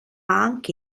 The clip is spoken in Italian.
anche